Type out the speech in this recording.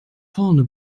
vorne